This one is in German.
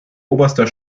oberster